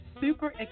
super